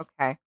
okay